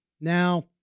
Now